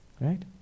Right